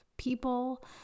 people